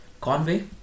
Conway